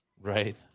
Right